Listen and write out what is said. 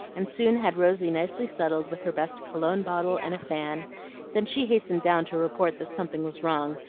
and soon had rosy nicely settled with her best cologne-bottle and a fan then she hastened down to report that something was wrong,